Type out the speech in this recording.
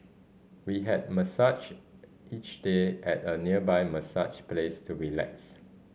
we had massage each day at a nearby massage place to relax